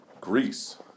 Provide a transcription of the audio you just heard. Greece